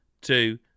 two